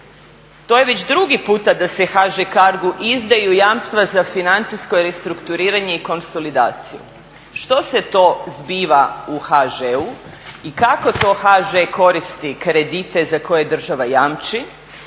To je već drugi puta da se HŽ Cargu izdaju jamstva za financijsko restrukturiranje i konsolidaciju. Što se to zbiva u HŽ-u i kako to HŽ koristi kredite za koje država jamči,